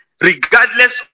Regardless